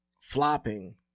flopping